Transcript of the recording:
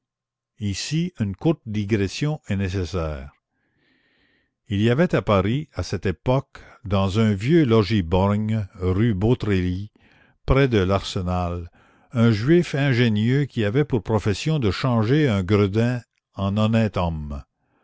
ici une courte digression est nécessaire il y avait à paris à cette époque dans un vieux logis borgne rue beautreillis près de l'arsenal un juif ingénieux qui avait pour profession de changer un gredin en honnête homme